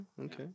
Okay